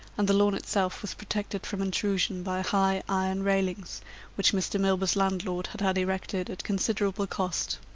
and the lawn itself was protected from intrusion by high iron railings which mr. milburgh's landlord had had erected at considerable cost.